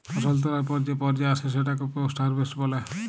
ফসল তোলার পর যে পর্যা আসে সেটাকে পোস্ট হারভেস্ট বলে